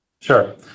Sure